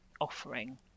offering